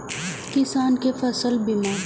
किसान कै फसल बीमा?